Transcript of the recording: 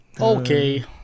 Okay